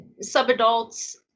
sub-adults